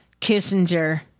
Kissinger